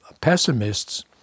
pessimists